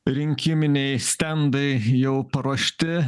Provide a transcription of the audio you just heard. rinkiminiai stendai jau paruošti